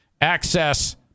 access